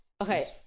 Okay